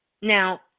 Now